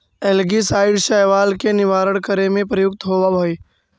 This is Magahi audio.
एल्गीसाइड शैवाल के निवारण करे में प्रयुक्त होवऽ हई